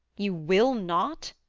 you will not?